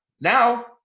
now